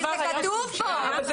זה כתוב כאן.